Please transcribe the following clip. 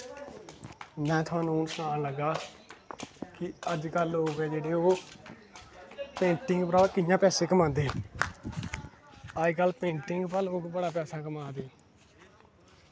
में थुहानू सनान लगां कि अज्ज कल लोग जेह्ड़े ओह् पेंटिंग परा दा कियां पैसे कमांदे अज्ज कल पेंटिंग परा दा लोग बड़ा पैसा कमा दे